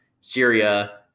Syria –